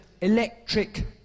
electric